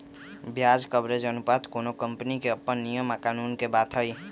ब्याज कवरेज अनुपात कोनो कंपनी के अप्पन नियम आ कानून के बात हई